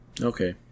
Okay